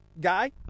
guy